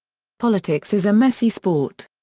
politics is a messy sport.